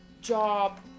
job